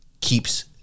keeps